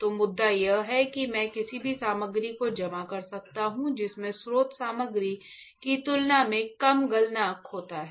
तो मुद्दा यह है कि मैं किसी भी सामग्री को जमा कर सकता हूं जिसमें स्रोत सामग्री की तुलना में कम गलनांक होता है